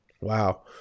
Wow